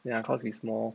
ya cause we small